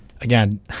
Again